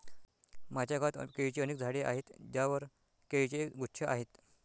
माझ्या गावात केळीची अनेक झाडे आहेत ज्यांवर केळीचे गुच्छ आहेत